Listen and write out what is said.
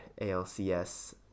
ALCS